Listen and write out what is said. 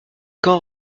quand